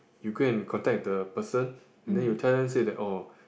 you go and contact the person and then you tell them said that oh